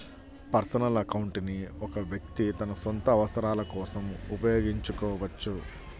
personal account ని ఒక వ్యక్తి తన సొంత అవసరాల కోసం ఉపయోగించుకోవచ్చు